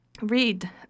read